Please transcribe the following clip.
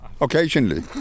occasionally